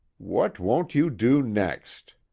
what won't you do next?